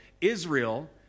Israel